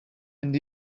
mynd